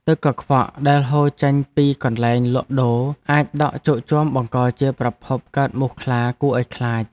ទឹកកខ្វក់ដែលហូរចេញពីកន្លែងលក់ដូរអាចដក់ជោកជាំបង្កជាប្រភពកកើតមូសខ្លាគួរឱ្យខ្លាច។